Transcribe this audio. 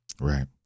Right